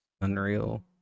unreal